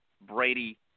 Brady